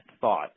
thought